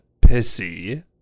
Pissy